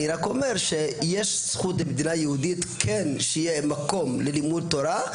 אני רק אומר שיש זכות למדינה יהודית כן שיהיה מקום ללימוד תורה,